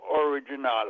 original